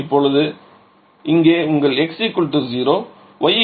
இப்போது இங்கே உங்கள் x 0 y 1 மற்றும் z 1